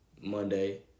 Monday